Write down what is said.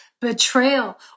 betrayal